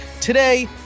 Today